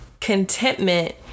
contentment